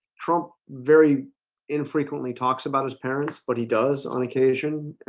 trump very infrequently talks about his parents, but he does on occasion